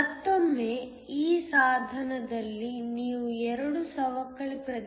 ಮತ್ತೊಮ್ಮೆ ಈ ಸಾಧನದಲ್ಲಿ ನೀವು 2 ಸವಕಳಿ ಪ್ರದೇಶಗಳನ್ನು ಹೊಂದಿರುವಿರಿ